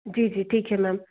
जी जी ठीक है मैम